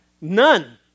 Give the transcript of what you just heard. None